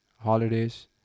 holidays